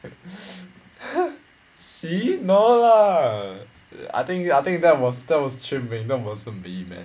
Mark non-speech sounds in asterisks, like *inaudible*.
*laughs* C no lah I think I think that was that was quan ming that wasn't me man